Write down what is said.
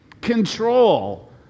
Control